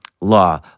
law